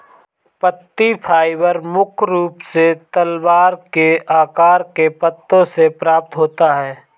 पत्ती फाइबर मुख्य रूप से तलवार के आकार के पत्तों से प्राप्त होता है